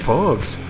Pogs